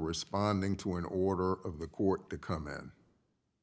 responding to an order of the court to come in